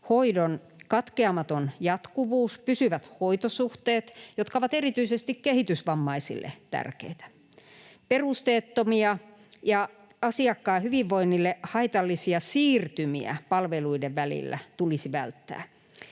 hoidon katkeamaton jatkuvuus, pysyvät hoitosuhteet, jotka ovat erityisesti kehitysvammaisille tärkeitä. Perusteettomia ja asiakkaan hyvinvoinnille haitallisia siirtymiä palveluiden välillä tulisi välttää.